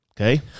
Okay